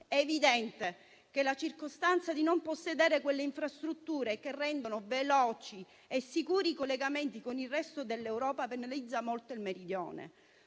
È evidente che la circostanza di non possedere quelle infrastrutture che rendono veloci e sicuri i collegamenti con il resto dell'Europa penalizza molto il Meridione.